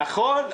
נכון.